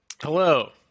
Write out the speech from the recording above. Hello